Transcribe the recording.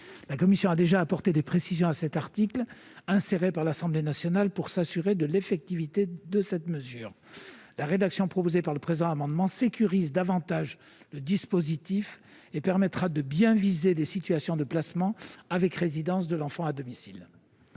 La commission a déjà apporté des précisions dans cet article inséré par l'Assemblée nationale afin de s'assurer de l'effectivité de la mesure. La rédaction que tend à proposer le présent amendement sécurise davantage le dispositif et permettra de bien viser les situations de placement avec résidence de l'enfant à domicile.